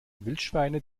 wildschweine